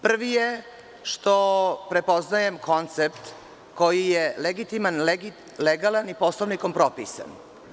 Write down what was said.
Prvi je što prepoznajem koncept koji je legitiman, legalan i Poslovnikom propisan.